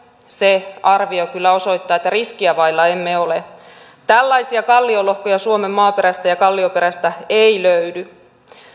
se arvio kyllä osoittaa että riskiä vailla emme ole tällaisia kalliolohkoja suomen maaperästä ja kallioperästä ei löydy